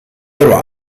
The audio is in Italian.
roy